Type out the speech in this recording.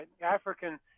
African